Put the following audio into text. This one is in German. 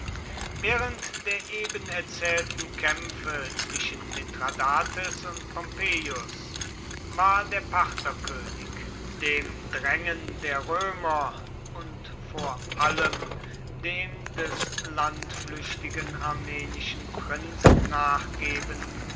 während der eben erzählten kämpfe zwischen mithradates und pompeius war der partherkönig dem drängen der römer und vor allem dem des landflüchtigen armenischen prinzen nachgebend